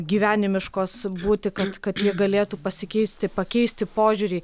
gyvenimiškos būti kad kad jie galėtų pasikeisti pakeisti požiūrį